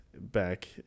back